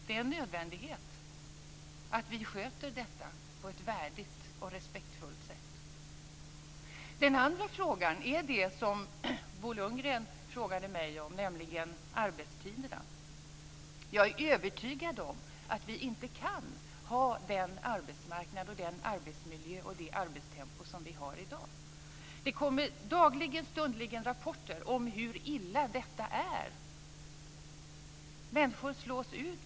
Det är en nödvändighet att vi sköter detta på ett värdigt och respektfullt sätt. Den andra frågan gäller det som Bo Lundgren frågade mig om, nämligen arbetstiderna. Jag är övertygad om att vi inte kan ha den arbetsmarknad, den arbetsmiljö och det arbetstempo som vi har i dag. Det kommer dagligen och stundligen rapporter om hur illa detta är. Människor slås ut.